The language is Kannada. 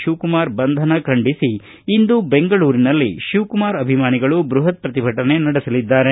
ಶಿವಕುಮಾರ ಬಂಧನ ಖಂಡಿಸಿ ಇಂದು ಬೆಂಗಳೂರಿನಲ್ಲಿ ಶಿವಕುಮಾರ ಅಭಿಮಾನಿಗಳು ಬೃಹತ್ ಪ್ರತಿಭಟನೆ ನಡೆಸಲಿದ್ದಾರೆ